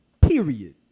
Period